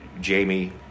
Jamie